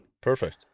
Perfect